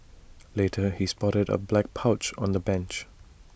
later he spotted A black pouch on the bench